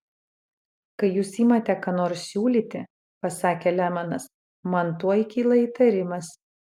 kai jūs imate ką nors siūlyti pasakė lemanas man tuoj kyla įtarimas